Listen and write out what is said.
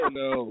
no